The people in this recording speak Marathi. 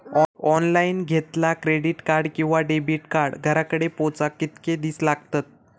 ऑनलाइन घेतला क्रेडिट कार्ड किंवा डेबिट कार्ड घराकडे पोचाक कितके दिस लागतत?